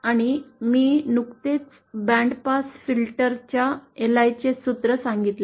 आणि मी नुकतेच बँड पास फिल्टर च्या LI चे सूत्र सांगितले